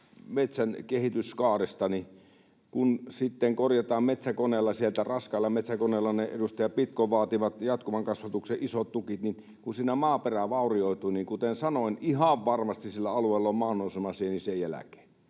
metsän kehityskaaresta: Kun sitten korjataan sieltä raskaalla metsäkoneella ne edustaja Pitkon vaatimat jatkuvan kasvatuksen isot tukit, niin kun siinä maaperä vaurioituu, niin kuten sanoin, ihan varmasti sillä alueella on maannousemasieni sen jälkeen.